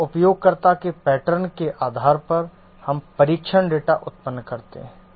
यहां उपयोगकर्ता के पैटर्न के आधार पर हम परीक्षण डेटा उत्पन्न करते हैं